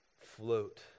float